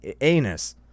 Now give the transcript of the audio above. anus